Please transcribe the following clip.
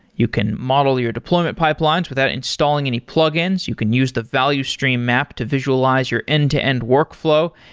you can model your deployment pipelines without installing any plugins. you can use the value stream map to visualize your end-to-end workflow,